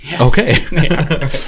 Okay